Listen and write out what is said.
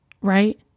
right